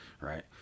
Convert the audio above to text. Right